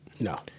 no